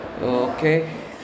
okay